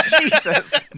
Jesus